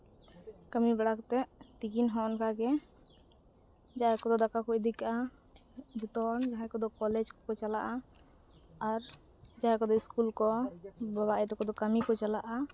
ᱠᱟᱹᱢᱤ ᱵᱟᱲᱟ ᱠᱟᱛᱮᱫ ᱛᱤᱠᱤᱱ ᱦᱚᱸ ᱚᱱᱠᱟᱜᱮ ᱡᱟᱦᱟᱸᱭ ᱠᱚᱫᱚ ᱫᱟᱠᱟ ᱠᱚ ᱤᱫᱤ ᱠᱟᱜᱼᱟ ᱡᱚᱛᱚ ᱦᱚᱲ ᱡᱟᱦᱟᱸᱭ ᱠᱚᱫᱚ ᱠᱚᱞᱮᱡᱽ ᱠᱚ ᱪᱟᱞᱟᱜᱼᱟ ᱟᱨ ᱡᱟᱦᱟᱸᱭ ᱠᱚᱫᱚ ᱤᱥᱠᱩᱞ ᱠᱚ ᱵᱟᱵᱟᱼᱟᱭᱳ ᱛᱟᱠᱚ ᱫᱚ ᱠᱟᱹᱢᱤ ᱠᱚ ᱪᱟᱞᱟᱜᱼᱟ